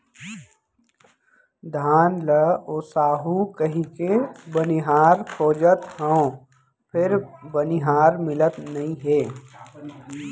धान ल ओसाहू कहिके बनिहार खोजत हँव फेर बनिहार मिलत नइ हे